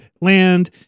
land